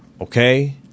Okay